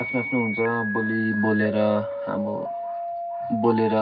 आफ्नो आफ्नो हुन्छ बोली बोलेर अब बोलेर